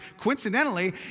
coincidentally